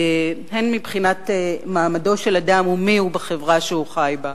הן מבחינת מעמדו של אדם ומיהו בחברה שהוא חי בה.